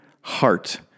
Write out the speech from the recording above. heart